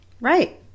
Right